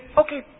okay